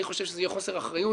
אני חושב שזה יהיה חוסר אחריות